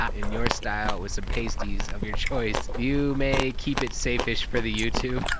ah in your style with some pasties of your choice. you may keep it safe-ish for the youtube.